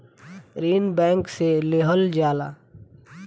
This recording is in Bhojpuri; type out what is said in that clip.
ऋण बैंक से लेहल जाला